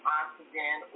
oxygen